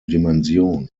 dimension